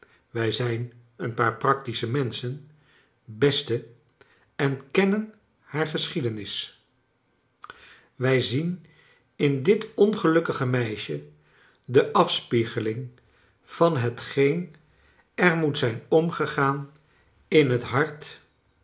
wij zij n een paar practiscbe menschen beste en kennen hare geschiedenis wij zien in dit ongelukkige meisje de afspiegeling van hetgeen er moet zijn omgegaan in het hart